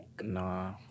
Nah